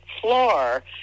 floor